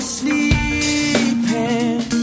sleeping